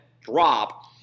drop